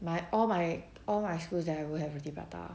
my all my all my schools that I would have roti prata